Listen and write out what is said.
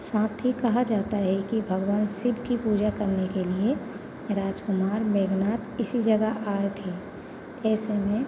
साथ ही कहा जाता है कि भगवान शिव की पूजा करने के लिए राजकुमार मेघनाथ इसी जगह आए थे ऐसे में